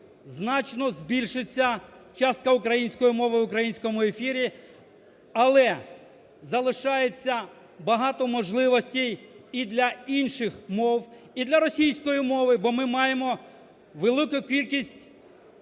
значно збільшиться частка української мови в українському ефірі, але залишається багато можливостей і для інших мов, і для російської мови. Бо ми маємо велику кількість